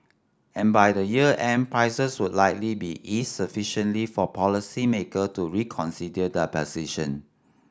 and by the year end prices would likely be eased sufficiently for policymaker to reconsider their position